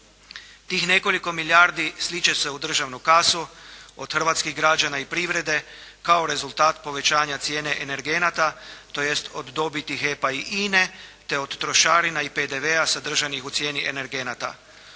Tih nekoliko milijardi slit će se u državnu kasu, od hrvatskih građana i privrede, kao rezultat povećanja cijene energenata tj. od dobiti HEP-a i INA-e, te od trošarina i PDV-a sadržanih u cijeni energenata.